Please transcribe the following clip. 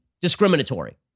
discriminatory